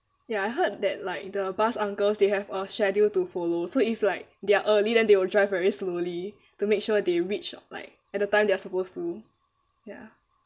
ya I heard that like the bus uncles they have a schedule to follow so if like they're early then they will drive very slowly to make sure they reach like at the time they're supposed to ya